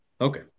Okay